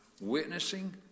Witnessing